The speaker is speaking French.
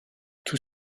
tous